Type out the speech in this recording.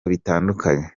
bitandukanye